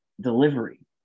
delivery